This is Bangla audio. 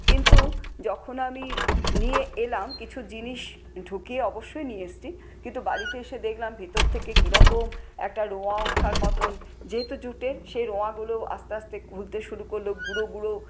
কিন্তু যখন আমি নিয়ে এলাম কিছু জিনিস ঢুকিয়ে অবশ্যই নিয়ে এসেছি কিন্তু বাড়িতে এসে দেখলাম ভিতর থেকে কিরকম একটা রোঁয়া ওঠার মতন যেহেতু জুটের সেই রোঁয়াগুলো আস্তে আস্তে খুলতে শুরু করল গুঁড়ো গুঁড়ো